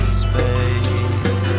space